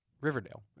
Riverdale